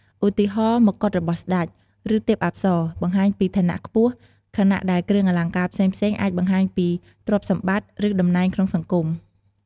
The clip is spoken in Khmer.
ឧទាហរណ៍ មកុដរបស់ស្តេច ឬទេពអប្សរ បង្ហាញពីឋានៈខ្ពស់ ខណៈដែលគ្រឿងអលង្ការផ្សេងៗអាចបង្ហាញពីទ្រព្យសម្បត្តិ ឬតំណែងក្នុងសង្គម។